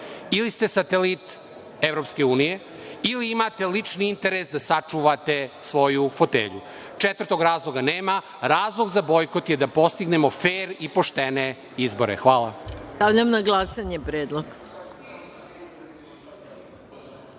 ili ste satelit EU ili imate lični interes da sačuvate svoju fotelju. Četvrtog razloga nema. Razlog za bojkot je da postignemo fer i poštene izbore. Hvala. **Maja Gojković** Stavljam